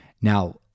Now